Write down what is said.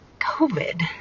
COVID